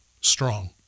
strong